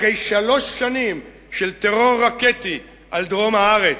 אחרי שלוש שנים של טרור רקטי על דרום הארץ.